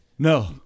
No